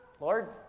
Lord